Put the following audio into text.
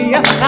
Yes